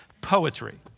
poetry